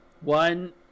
One